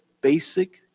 basic